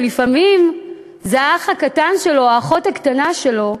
כשלפעמים זה האח הקטן שלו או האחות הקטנה שלו?